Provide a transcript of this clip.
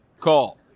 call